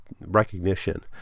recognition